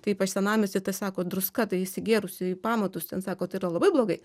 tai ypač senamiesty tai sako druska tai įsigėrusi į pamatus ten sako tai yra labai blogai